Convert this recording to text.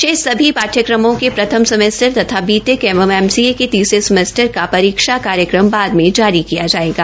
शेष सभी पाठयक्रमों के प्रथम सेमेस्टर तथा बीटेक एवं एमसीए के तीसरे सेमेस्टर का परीक्षा कार्यक्रम बाद में जारी किया जायेगा